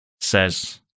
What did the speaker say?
says